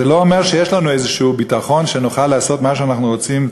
זה לא אומר שיש לנו ביטחון כלשהו שנוכל לעשות מה שאנחנו רוצים,